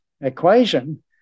equation